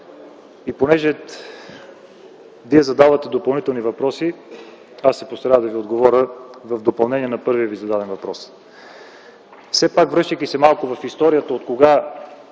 Понеже задавате допълнителни въпроси, ще се постарая да Ви отговоря в допълнение на първия зададен въпрос.